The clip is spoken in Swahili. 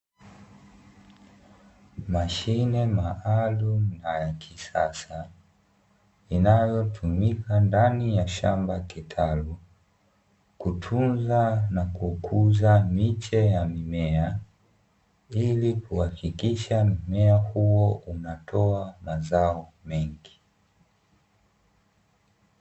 Mashine maalumu na ya kisasa, inayotumika ndani ya shamba kitalu, kutunza na kukuza miche ya mimea, ili kuhakikisha mmea huo unatoa mazao mengi.